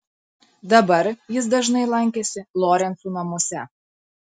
dabar jis dažnai lankėsi lorencų namuose